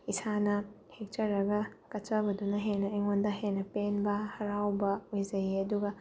ꯏꯁꯥꯅ ꯍꯦꯛꯆꯔꯒ ꯀꯠꯆꯕꯗꯨꯅ ꯍꯦꯟꯅ ꯑꯩꯉꯣꯟꯗ ꯍꯦꯟꯅ ꯄꯦꯟꯕ ꯍꯔꯥꯎꯕ ꯑꯣꯏꯖꯩꯌꯦ ꯑꯗꯨꯒ